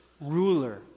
ruler